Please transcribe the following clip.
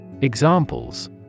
Examples